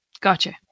Gotcha